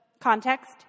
context